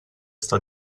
sta